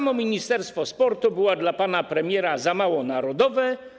Ministerstwo sportu było dla pana premiera za mało narodowe.